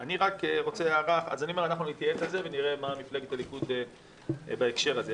אני אומר: אנחנו נתייעץ על זה ונראה מה מפלגת הליכוד חושבת בהקשר הזה.